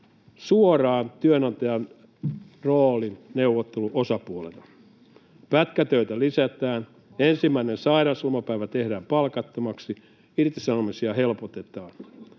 suoraan työnantajan roolin neuvotteluosapuolena. Pätkätöitä lisätään, ensimmäinen sairauslomapäivä tehdään palkattomaksi, irtisanomisia helpotetaan.